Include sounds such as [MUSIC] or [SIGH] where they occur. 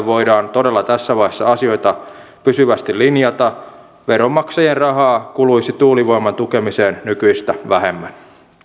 [UNINTELLIGIBLE] voidaan todella tässä vaiheessa asioita pysyvästi linjata veronmaksajien rahaa kuluisi tuulivoiman tukemiseen nykyistä vähemmän